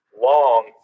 long